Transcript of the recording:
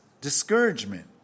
Discouragement